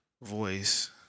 voice